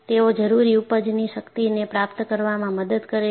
તેઓ જરૂરી ઉપજની શક્તિને પ્રાપ્ત કરવામાં મદદ કરે છે